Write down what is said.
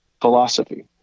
philosophy